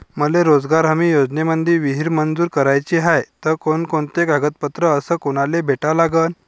मले रोजगार हमी योजनेमंदी विहीर मंजूर कराची हाये त कोनकोनते कागदपत्र अस कोनाले भेटा लागन?